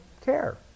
care